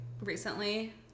recently